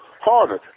harder